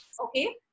Okay